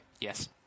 Yes